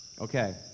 Okay